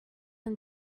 and